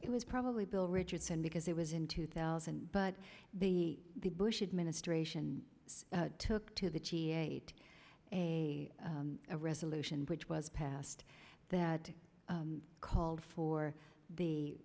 it was probably bill richardson because it was in two thousand but the the bush administration took to the g eight a a resolution which was passed that called for